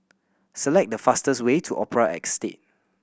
select the fastest way to Opera Estate